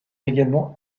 également